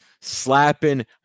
slapping